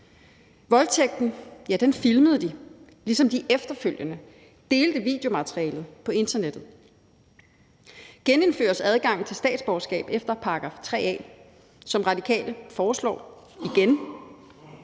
Voldtægten filmede de, ligesom de efterfølgende delte videomaterialet på internettet. Havde man genindført adgangen til statsborgerskab efter § 3 A, som Radikale foreslår,